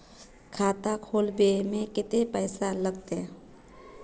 खाता खोलबे में कते पैसा लगते?